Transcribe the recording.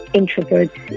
introverts